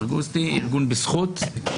סרגוסטי, ארגון "בזכות".